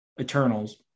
eternals